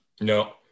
no